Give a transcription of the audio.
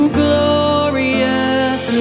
glorious